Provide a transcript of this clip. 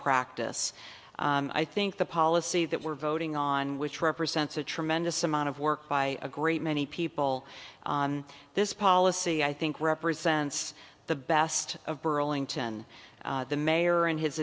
practice i think the policy that we're voting on which represents a tremendous amount of work by a great many people on this policy i think represents the best of burlington the mayor and his